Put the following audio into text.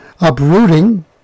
uprooting